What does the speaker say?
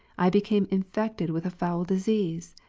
i became infected with a foul disease?